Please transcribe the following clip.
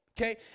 Okay